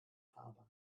fahrbahn